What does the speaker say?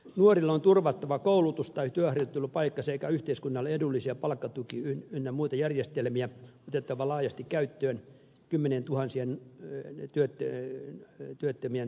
nuorille on turvattava koulutus tai työharjoittelupaikka ja yhteiskunnalle edullisia palkkatuki ynnä muita järjestelmiä on otettava laajasti käyttöön kymmenientuhansien työttömien työllistymiseksi